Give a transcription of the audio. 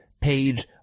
page